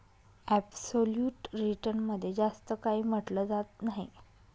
absolute return मध्ये जास्त काही म्हटलं जात नाही